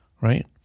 right